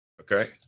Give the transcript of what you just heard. Okay